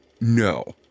No